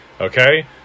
Okay